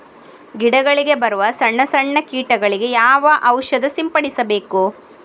ಗಿಡಗಳಿಗೆ ಬರುವ ಸಣ್ಣ ಸಣ್ಣ ಕೀಟಗಳಿಗೆ ಯಾವ ಔಷಧ ಸಿಂಪಡಿಸಬೇಕು?